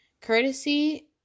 Courtesy